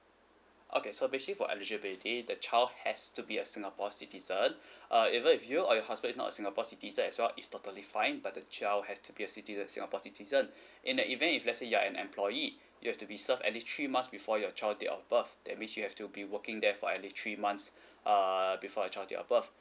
okay so basically for eligibility the child has to be a singapore citizen uh even if you or your husband is not singapore citizen as well it's totally fine but the child has to be a citizen singapore citizen in the event if let's say you're an employee you have to be serve at least three months before your child date of birth that means you have to be working there for at least three months err before your child date of birth